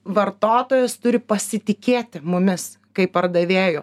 vartotojas turi pasitikėti mumis kaip pardavėju